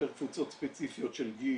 יותר קבוצות ספציפיות של גיל,